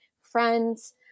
friends